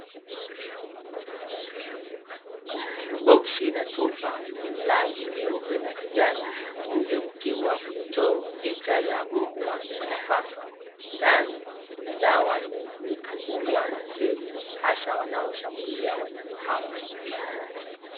Boksi na chupa vyenye rangi nyeupe na ya kijani, nje kukiwa kumechorwa picha ya mbwa na paka. Ndani kuna dawa inayotumika kuua bakteria, hasa wanaoshambulia wanyama hao.